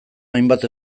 hainbat